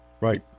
Right